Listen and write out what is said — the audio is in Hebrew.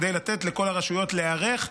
כדי לתת לכל הרשויות להיערך,